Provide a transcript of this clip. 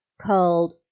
called